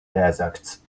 deserts